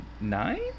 nine